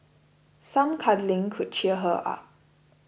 some cuddling could cheer her up